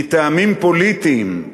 מטעמים פוליטיים,